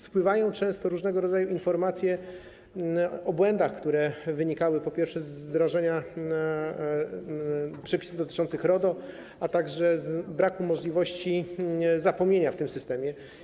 Spływają często różnego rodzaju informacje o błędach, które wynikały z wdrożenia przepisów dotyczących RODO, a także z braku możliwości zapomnienia w tym systemie.